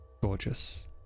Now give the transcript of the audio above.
Gorgeous